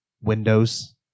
windows